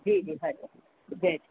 जी जी हरि ओम जय झूलेलाल